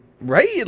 Right